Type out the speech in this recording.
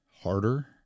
harder